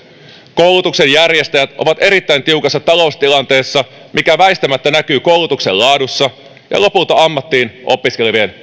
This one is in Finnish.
koulutuksen järjestäjät ovat erittäin tiukassa taloustilanteessa mikä väistämättä näkyy koulutuksen laadussa ja lopulta ammattiin opiskelevien